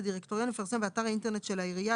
הדירקטוריון יפרסם באתר האינטרנט של העיריה,